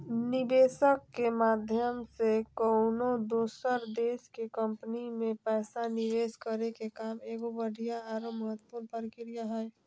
निवेशक के माध्यम से कउनो दोसर देश के कम्पनी मे पैसा निवेश करे के काम एगो बढ़िया आरो महत्वपूर्ण प्रक्रिया हय